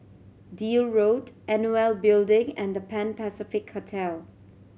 Deal Road NOL Building and The Pan Pacific Hotel